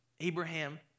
Abraham